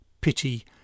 pity